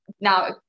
now